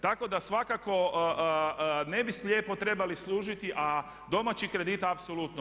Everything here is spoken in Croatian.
Tako da svakako ne bi slijepo trebali služiti a domaćih kredita apsolutno.